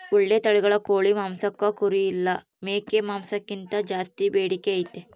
ಓಳ್ಳೆ ತಳಿಗಳ ಕೋಳಿ ಮಾಂಸಕ್ಕ ಕುರಿ ಇಲ್ಲ ಮೇಕೆ ಮಾಂಸಕ್ಕಿಂತ ಜಾಸ್ಸಿ ಬೇಡಿಕೆ ಐತೆ